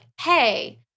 hey